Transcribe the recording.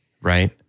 Right